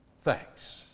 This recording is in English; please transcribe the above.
thanks